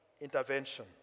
intervention